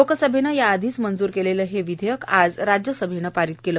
लोकसभेनं या आधिच मंजूर केलेलं हे विधेयक आज राज्य सभेनं पारित केलं